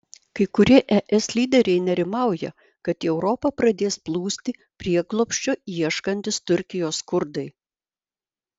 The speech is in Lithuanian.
kai kurie es lyderiai nerimauja kad į europą pradės plūsti prieglobsčio ieškantys turkijos kurdai